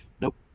nope